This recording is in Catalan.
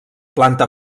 planta